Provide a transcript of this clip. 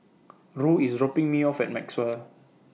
Roe IS dropping Me off At Maxwell